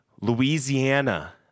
Louisiana